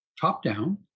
top-down